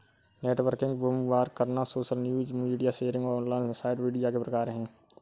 networking, bookmark करना, social news, media sharing और online site media के प्रकार हैं